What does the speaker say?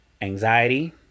anxiety